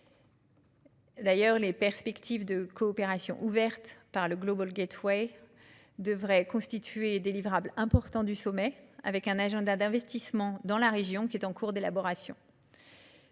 ailleurs, les perspectives de coopération ouvertes par le devraient constituer des livrables importants du sommet avec un agenda d'investissement dans la région qui est en cours d'élaboration.